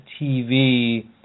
TV